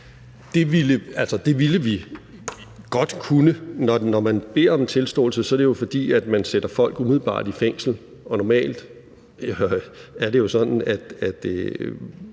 Det ville vi godt kunne – altså, når man beder om en tilståelse, er det jo, fordi man umiddelbart sætter folk i fængsel, og normalt er det sådan, at